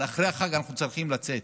אבל אחרי החג אנחנו לא צריכים לצאת,